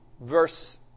verse